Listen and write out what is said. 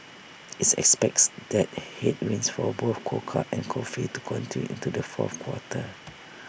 IT expects these headwinds for both cocoa and coffee to continue into the fourth quarter